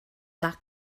that